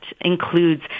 includes